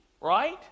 right